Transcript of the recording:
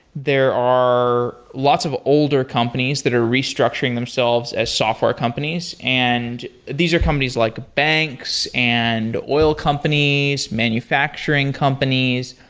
there are lots of older companies that are restructuring themselves as software companies, and these are companies like banks and oil companies, manufacturing companies,